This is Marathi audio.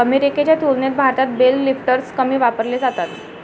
अमेरिकेच्या तुलनेत भारतात बेल लिफ्टर्स कमी वापरले जातात